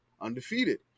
undefeated